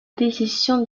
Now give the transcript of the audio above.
décision